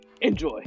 enjoy